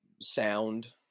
sound